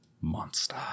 Monster